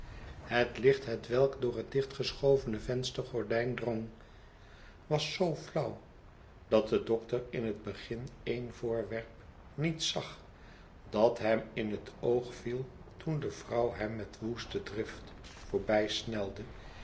het licht hetwelk door het dichtgeschovene venstergordijn drong was zoo flauw dat de dokter in het begin en voorwerp niet zag dat hem in het oog viel toen de vrouw hem met woeste drift